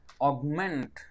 augment